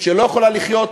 שלא יכולה לחיות,